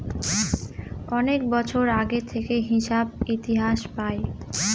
অনেক বছর আগে থেকে হিসাব ইতিহাস পায়